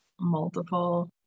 multiple